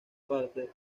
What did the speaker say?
parte